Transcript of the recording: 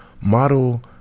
model